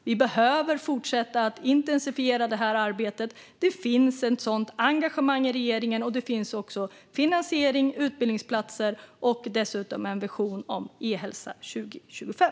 Vi behöver fortsätta att intensifiera arbetet. Det finns ett sådant engagemang i regeringen, och det finns också finansiering och utbildningsplatser och dessutom Vision e-hälsa 2025.